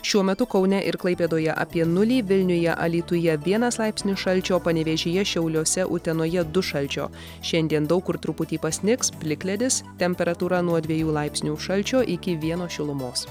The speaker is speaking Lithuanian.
šiuo metu kaune ir klaipėdoje apie nulį vilniuje alytuje vienas laipsnis šalčio panevėžyje šiauliuose utenoje du šalčio šiandien daug kur truputį pasnigs plikledis temperatūra nuo dviejų laipsnių šalčio iki vieno šilumos